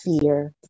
fear